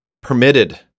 Permitted